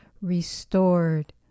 restored